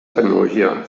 tecnologia